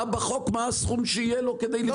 בחוק מה הסכום שיהיה לו כדי לפעול.